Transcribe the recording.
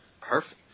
perfect